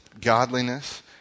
godliness